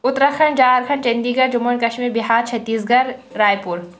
Uttarakhand Jharkhand Chandigarh Jammu and Kashmir Bihar Chhattisgarh راے پوٗر